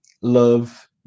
love